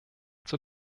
zur